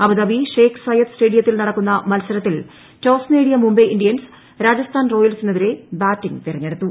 Abu Dhabi Sheikh Zayed സ്റ്റേഡിയത്തിൽ നടക്കുന്ന മത്സരത്തിൽ ടോസ് നേടിയ മുംബൈ ഇന്ത്യൻസ് രാജസ്ഥാൻ റോയൽസിനെതിരെ ബാറ്റിങ് തെരഞ്ഞെടുത്തു